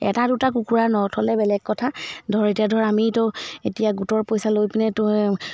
এটা দুটা কুকুৰা নথ'লে বেলেগ কথা ধৰ এতিয়া ধৰ আমিতো এতিয়া গোটৰ পইচা লৈ পিনেতো